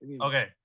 okay